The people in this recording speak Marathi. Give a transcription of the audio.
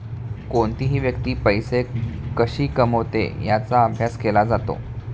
कोणतीही व्यक्ती पैसे कशी कमवते याचा अभ्यास केला जातो